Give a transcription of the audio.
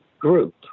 group